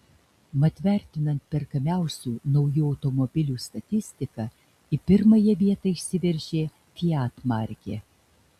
mat vertinant perkamiausių naujų automobilių statistiką į pirmąją vietą išsiveržė fiat markė